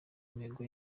mihigo